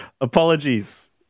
apologies